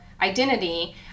identity